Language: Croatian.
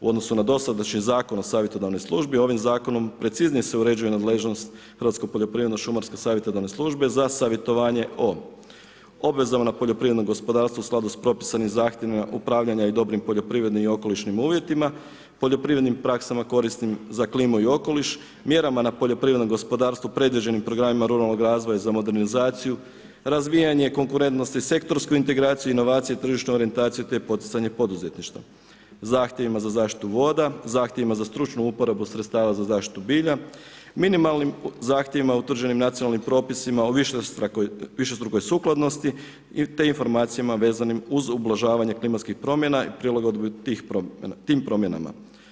U odnosu na dosadašnji Zakon o savjetodavnoj službi ovim zakonom preciznije se uređuje nadležnost Hrvatske poljoprivredno-šumarske savjetodavne službe za savjetovanje o obvezama na poljoprivrednom gospodarstvu u skladu s propisanim zahtjevima upravljanja i dobrim poljoprivrednim i okolišnim uvjetima, poljoprivrednim praksama korisnim za klimu i okoliš, mjerama na poljoprivrednom gospodarstvu predviđenim programima ruralnog razvoja za modernizaciju, razvijanje konkurentnosti sektorsku integraciju, inovaciju, tržišnu orijentaciju te poticanje poduzetništva, zahtjevima za zaštitu voda, zahtjevima za stručnu uporabu sredstava za zaštitu bilja, minimalnim zahtjevima utvrđenim nacionalnim propisima o višestrukoj sukladnosti te informacijama vezanim uz ublažavanje klimatskih promjena i prilagodbi tim promjenama.